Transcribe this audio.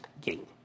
game